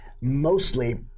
mostly